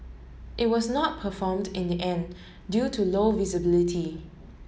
it was not performed in the end due to low visibility